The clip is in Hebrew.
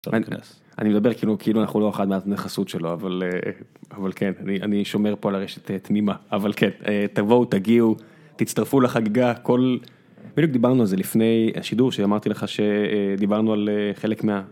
אני מדבר כאילו כאילו אנחנו לא אחת מהנכסות שלו אבל אבל כן אני אני שומר פה על ארשת תמימה אבל כן תבואו תגיעו תצטרפו לחגיגה כל. בדיוק דיברנו על זה לפני השידור שאמרתי לך שדיברנו על חלק מה.